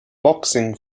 boxing